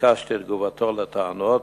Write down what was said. וביקשתי את תגובתו על הטענות.